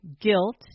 guilt